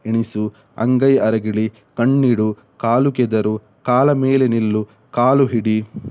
ಎಣಿಸು ಅಂಗೈ ಅರಗಿಳಿ ಕಣ್ಣಿಡು ಕಾಲು ಕೆದರು ಕಾಲ ಮೇಲೆ ನಿಲ್ಲು ಕಾಲು ಹಿಡಿ